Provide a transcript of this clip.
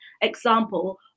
example